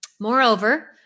Moreover